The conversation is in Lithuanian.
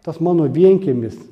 tas mano vienkiemis